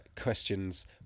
questions